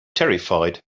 terrified